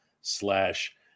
slash